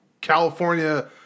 California